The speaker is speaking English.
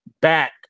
back